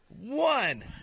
One